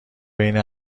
بین